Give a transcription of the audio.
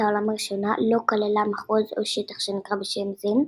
העולם הראשונה לא כללה מחוז או שטח שנקרא בשם זה,